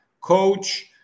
coach